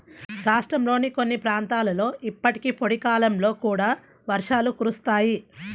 రాష్ట్రంలోని కొన్ని ప్రాంతాలలో ఇప్పటికీ పొడి కాలంలో కూడా వర్షాలు కురుస్తాయి